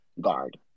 guard